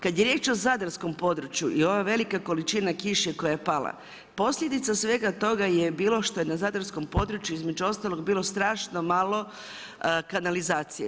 Kad je riječ o zadarskom području i ove velike količine kiše koja je pala, posljedica svega toga je bilo što je na zadarskom području između ostalog bilo strašno malo kanalizacije.